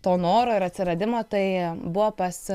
to noro ir atsiradimo tai buvo pas